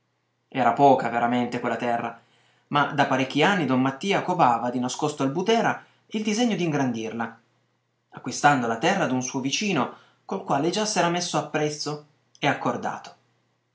era poca veramente quella terra ma da parecchi anni don mattia covava di nascosto al butera il disegno d'ingrandirla acquistando la terra d'un suo vicino col quale già s'era messo a prezzo e accordato